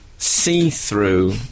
See-through